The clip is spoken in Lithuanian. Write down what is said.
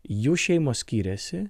jų šeimos skiriasi